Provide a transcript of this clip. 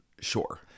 Sure